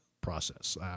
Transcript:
process